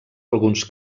alguns